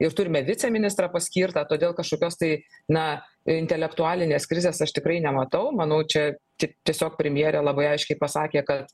ir turime viceministrą paskirtą todėl kažkokios tai na intelektualinės krizės aš tikrai nematau manau čia tik tiesiog premjerė labai aiškiai pasakė kad